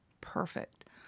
perfect